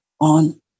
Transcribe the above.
on